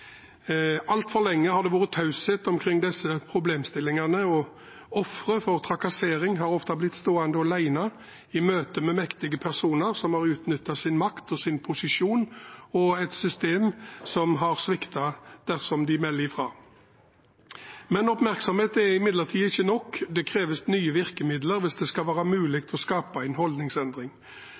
Altfor lenge har det vært taushet omkring disse problemstillingene, og ofrene for trakassering har ofte blitt stående alene i møte med mektige personer som har utnyttet sin makt og sin posisjon, og i møte med et system som har sviktet dersom de har meldt ifra. Oppmerksomhet er imidlertid ikke nok. Det kreves nye virkemidler hvis det skal være mulig å skape en holdningsendring.